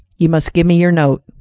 you must give me your note.